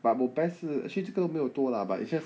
but 我 pass 是 actually 这个没有多啦 but it's just